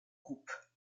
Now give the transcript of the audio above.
groupe